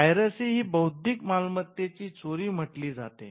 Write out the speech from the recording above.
piracy ही बौद्धिक मालमत्तेची चोरी म्हटली जाते